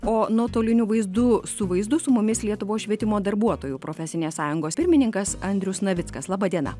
o nuotoliniu vaizdu su vaizdu su mumis lietuvos švietimo darbuotojų profesinės sąjungos pirmininkas andrius navickas laba diena